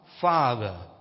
Father